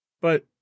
But-